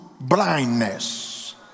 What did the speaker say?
blindness